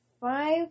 five